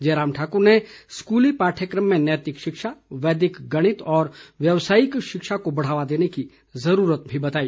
जयराम ठाकुर ने स्कूली पाठ्यक्रम में नैतिक शिक्षा वैदिक गणित और व्यवसायिक शिक्षा को बढ़ावा देने की ज़रूरत भी बताई